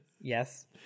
Yes